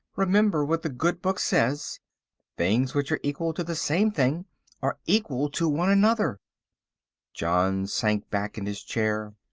remember what the good book says things which are equal to the same thing are equal to one another john sank back in his chair.